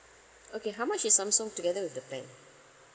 okay how much is samsung together with the plan